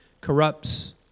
corrupts